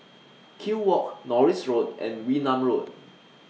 Kew Walk Norris Road and Wee Nam Road